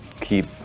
keep